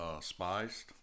spiced